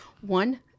One